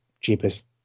cheapest